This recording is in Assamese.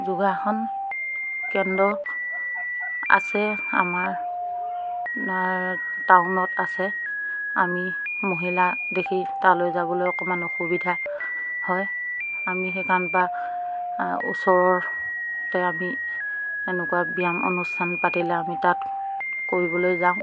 যোগাসন কেন্দ্ৰ আছে আমাৰ টাউনত আছে আমি মহিলা দেখি তালৈ যাবলৈ অকণমান অসুবিধা হয় আমি সেইকাৰণে ওচৰতে আমি এনেকুৱা ব্যায়াম অনুষ্ঠান পাতিলে আমি তাত কৰিবলৈ যাওঁ